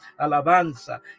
alabanza